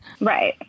Right